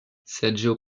sergio